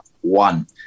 one